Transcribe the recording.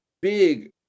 Big